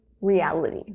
reality